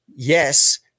yes